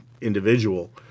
individual